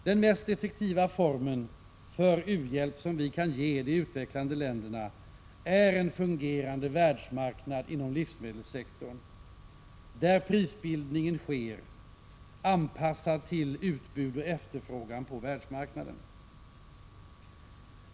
Den mest effektiva formen för u-hjälp som vi kan ge de utvecklande länderna är en fungerande världsmarknad inom livsmedelssektorn, där prisbildningen är anpassad till utbud och efterfrågan på världsmarknaden.